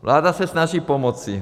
Vláda se snaží pomoci.